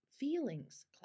feelings